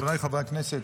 חבריי חברי הכנסת,